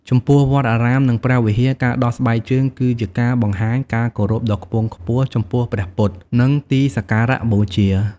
ចំពោះវត្តអារាមនិងព្រះវិហារ ការដោះស្បែកជើងគឺជាការបង្ហាញការគោរពដ៏ខ្ពង់ខ្ពស់ចំពោះព្រះពុទ្ធ និងទីសក្ការៈបូជា។